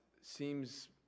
seems